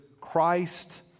Christ